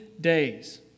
days